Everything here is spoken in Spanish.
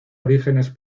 orígenes